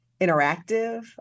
interactive